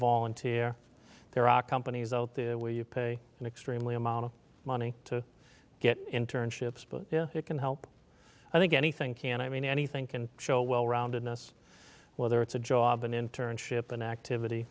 volunteer there are companies out there where you pay an extremely amount of money to get internships but yeah it can help i think anything can i mean anything can show well rounded miss whether it's a job an internship an activity